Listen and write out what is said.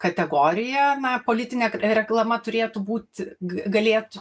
kategorija na politinė reklama turėtų būt galėtų